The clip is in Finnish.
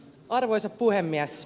arvoisa puhemies